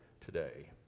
today